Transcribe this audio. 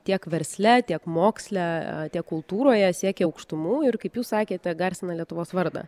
tiek versle tiek moksle tiek kultūroje siekia aukštumų ir kaip jūs sakėte garsina lietuvos vardą